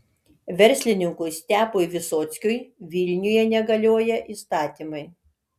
verslininkui stepui visockiui vilniuje negalioja įstatymai